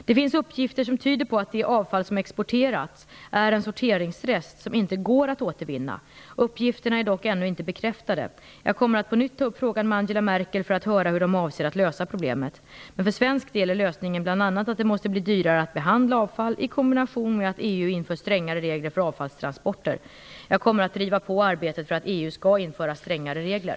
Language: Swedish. Det finns uppgifter som tyder på att det avfall som exporterats är en sorteringsrest som inte går att återvinna. Uppgifterna är dock ännu inte bekräftade. Jag kommer att på nytt ta upp frågan med Angela Merkel för att höra hur man avser att lösa problemet. För svensk del är lösningen bl.a. att det måste bli dyrare att behandla avfall i kombination med att EU inför strängare regler för avfallstransporter. Jag kommer att driva på arbetet för att EU skall införa strängare regler.